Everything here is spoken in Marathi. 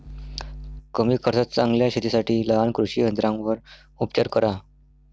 कमी खर्चात चांगल्या शेतीसाठी लहान कृषी यंत्रांवर उपचार करा